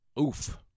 Oof